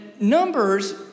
Numbers